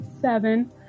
seven